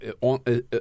on